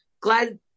glad